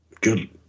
good